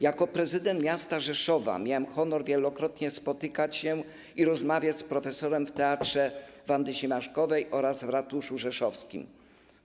Jako prezydent miasta Rzeszowa miałem honor wielokrotnie spotykać się i rozmawiać z profesorem w Teatrze Wandy Siemaszkowej oraz w ratuszu rzeszowskim.